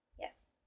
Yes